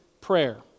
prayer